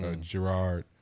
Gerard